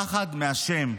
פחד מהשם.